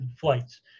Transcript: flights